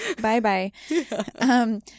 Bye-bye